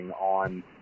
on